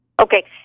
Okay